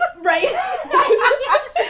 Right